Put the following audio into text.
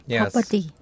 property